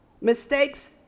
mistakes